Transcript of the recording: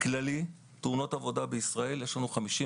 כללית בתאונות עבודה בישראל יש לנו 56